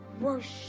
worship